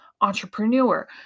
entrepreneur